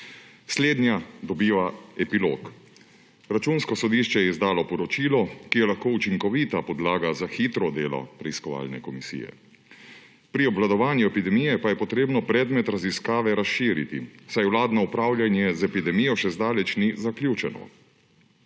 Slednja dobiva epilog. Računsko sodišče je izdalo poročilo, ki je lahko učinkovita podlaga za hitro delo preiskovalne komisije. Pri obvladovanju epidemije pa je potrebno predmet raziskave razširiti, saj vladno upravljanje z epidemijo še zdaleč ni zaključeno.